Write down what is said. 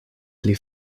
pli